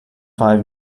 five